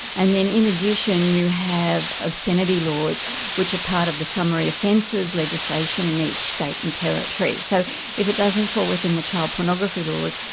and then in addition you have obscenity laws which are part of the summary offences legislation in each state and territory. so if it doesn't fall within the child pornography laws,